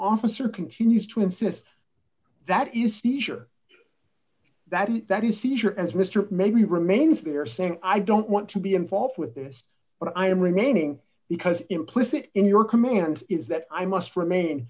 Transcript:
officer continues to insist that is seizure that that you see her as mister maybe remains there saying i don't want to be involved with this but i am remaining because implicit in your commands is that i must remain